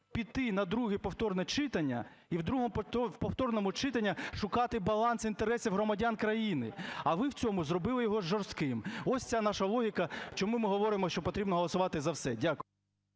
піти на друге повторне читання і в другому повторному читанні шукати баланс інтересів громадян країни. А ви в цьому зробили його жорстким. Ось ця наша логіка, чому ми говоримо, що потрібно голосувати за все. Дякую.